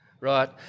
right